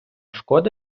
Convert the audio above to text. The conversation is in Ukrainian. шкода